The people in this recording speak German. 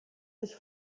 sich